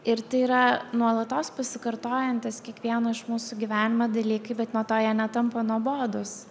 ir tai yra nuolatos pasikartojantys kiekvieno iš mūsų gyvenime dalykai bet nuo to jie netampa nuobodūs